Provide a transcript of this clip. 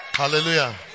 hallelujah